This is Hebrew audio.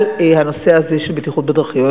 שעוסקים בנושא הזה של בטיחות בדרכים,